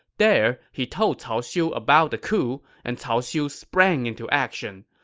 there, he told cao xiu about the coup, and cao xiu sprang into action.